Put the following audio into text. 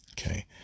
Okay